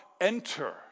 enter